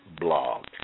blog